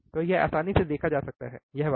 तो यह आसानी से देखा जा सकता है यह वाला